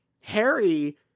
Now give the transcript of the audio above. harry